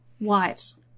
wives